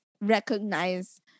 recognize